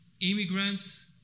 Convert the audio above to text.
immigrants